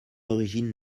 origine